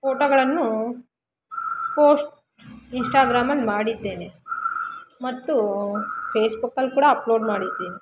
ಫೋಟೋಗಳನ್ನು ಪೋಸ್ಟ್ ಇನ್ಸ್ಟಾಗ್ರಾಮಲ್ಲಿ ಮಾಡಿದ್ದೇನೆ ಮತ್ತು ಪೇಸ್ಬುಕಲ್ಲಿ ಕೂಡ ಅಪ್ಲೋಡ್ ಮಾಡಿದ್ದೇನೆ